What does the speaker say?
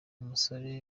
umusore